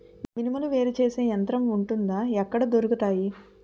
మినుములు వేరు చేసే యంత్రం వుంటుందా? ఎక్కడ దొరుకుతాయి?